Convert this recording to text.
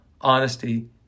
honesty